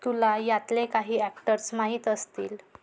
तुला यातले काही ॲक्टर्स माहीत असतील